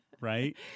Right